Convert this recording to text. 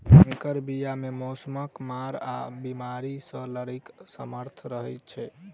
सँकर बीया मे मौसमक मार आ बेमारी सँ लड़ैक सामर्थ रहै छै